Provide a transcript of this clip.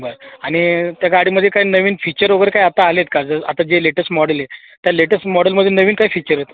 बर आणि त्या गाडीमध्ये काही नवीन फीचर वगैरे काही आता आले आहेत का जर आता जे लेटस्ट मॉडेल आहे त्या लेटेस्ट मॉडेलमध्ये नवीन काय फीचर आहेत